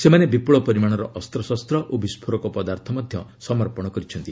ସେମାନେ ବିପୁଳ ପରିମାଣର ଅସ୍ପଶସ୍ତ ଓ ବିସ୍କୋରକ ପଦାର୍ଥ ମଧ୍ୟ ସମର୍ପଶ କରିଛନ୍ତି